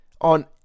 on